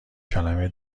کلمه